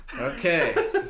Okay